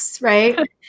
right